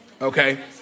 Okay